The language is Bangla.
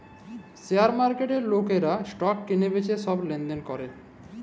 শেয়ার মার্কেটে লকরা ইসটক কিলে বিঁচে ছব লেলদেল ক্যরে